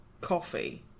coffee